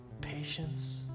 patience